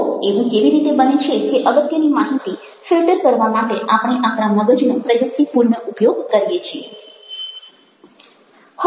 તો એવું કેવી રીતે બને છે કે અગત્યની માહિતી ફિલ્ટર કરવા માટે આપણે આપણા મગજનો પ્રયુક્તિપૂર્ણ ઉપયોગ કરીએ છીએ